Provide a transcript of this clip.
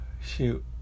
Shoot